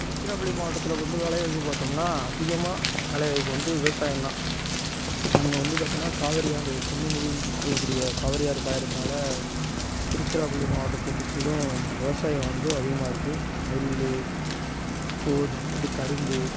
திருச்சிராப்பள்ளி மாவட்டத்தில் வந்து வேலை வாய்ப்பு பார்த்தோம்னா அதிகமாக வேலை வாய்ப்பு வந்து விவசாயம் தான் அங்கே வந்து பார்த்தோனா காவேரி ஆறு பொன்னி நதினு சொல்லக்கூடிய காவேரி ஆறு பாயறதுனால் திருச்சிராப்பள்ளி மாவட்டத்தில் சுற்றிலும் விவசாயம் வந்து அதிகமாக இருக்குது நெல் கோது இது கரும்பு